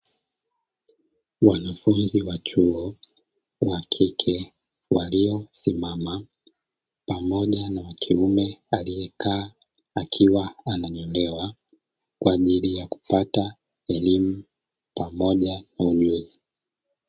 Wanafunzi wa chuo wa kike waliosimama pamoja na wa kiume aliyekaa akiwa ananyolewa kwa ajili ya kupata elimu pamoja na ujuzi.